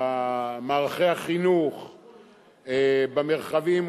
מערכי החינוך במרחבים,